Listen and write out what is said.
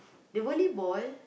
the volleyball